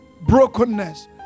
brokenness